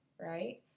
Right